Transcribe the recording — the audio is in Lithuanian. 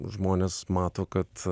žmonės mato kad